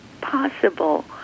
possible